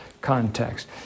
context